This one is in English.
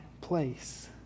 place